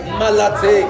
malate